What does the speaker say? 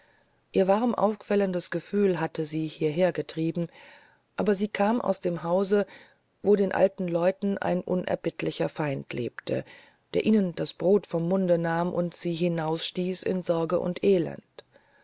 ihr warm aufquellendes gefühl hatte sie hierher getrieben aber sie kam aus dem hause wo den alten leuten ein unerbittlicher feind lebte der ihnen das brot vom munde nahm und sie hinausstieß in sorge und elend